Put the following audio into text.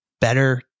better